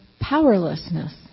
powerlessness